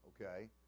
okay